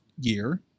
year